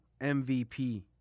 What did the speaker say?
MVP